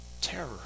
terror